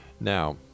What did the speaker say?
Now